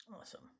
Awesome